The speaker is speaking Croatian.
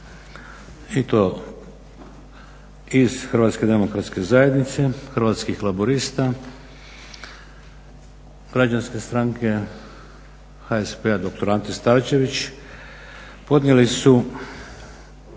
i to iz Hrvatske demokratske zajednice, Hrvatskih laburista, Građanske stranke, HSP-a dr. Ante Starčević podnijeli su